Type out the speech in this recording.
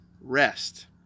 rest